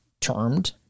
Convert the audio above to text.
termed